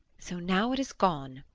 so, now it is gone!